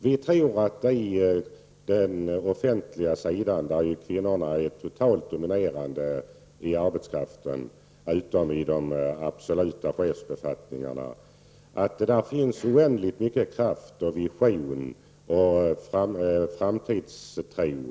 Vi tror att inom den offentliga sidan — där kvinnorna är den totalt dominerande arbetskraften, utom när det gäller de högsta chefsbefattningarna — finns en oändlig kraft, vision och framtidstro.